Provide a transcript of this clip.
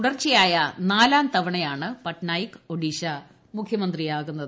തുടർച്ചയായ് അഞ്ചാം തവണയാണ് പട്നായ്ക് ഒഡീഷ മുഖ്യമന്ത്രിയാകുന്നത്